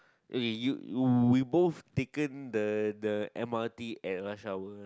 okay you we both taken the the m_r_t at rush hour right